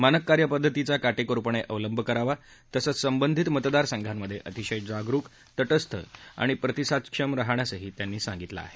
मानक कार्य पद्धतीचा काटेकोरपणे अवलंब करावा तसंच संबंधित मतदारसंघामध्ये अतिशय जागरूक तटस्थ आणि प्रतिसादक्षम राहण्यासही त्यांनी सांगितलं आहे